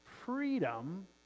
freedom